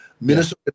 Minnesota